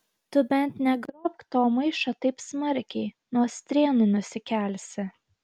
tu bent negrobk to maišo taip smarkiai nuo strėnų nusikelsi